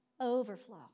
Overflow